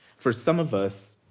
for some of us,